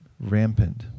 rampant